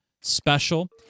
special